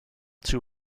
two